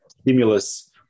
stimulus